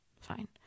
fine